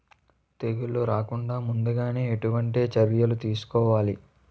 తెగుళ్ల రాకుండ ముందుగానే ఎటువంటి చర్యలు తీసుకోవాలి?